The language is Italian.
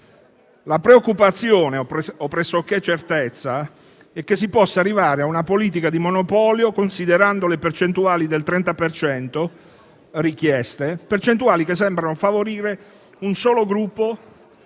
La preoccupazione, pressoché certezza, è che si possa arrivare a una politica di monopolio, considerando le percentuali del 30 per cento richieste; percentuali che sembrano favorire un solo gruppo